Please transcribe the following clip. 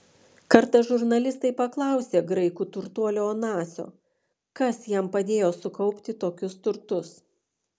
kartą žurnalistai paklausė graikų turtuolio onasio kas jam padėjo sukaupti tokius turtus